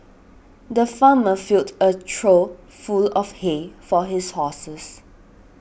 the farmer filled a trough full of hay for his horses